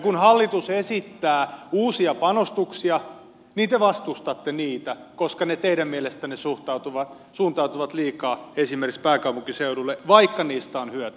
kun hallitus esittää uusia panostuksia niin te vastustatte niitä koska ne teidän mielestänne suuntautuvat liikaa esimerkiksi pääkaupunkiseudulle vaikka niistä on hyötyä